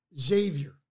Xavier